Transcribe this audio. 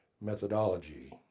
methodology